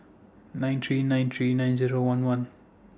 nine three nine three nine Zero one one